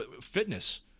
Fitness